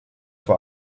vor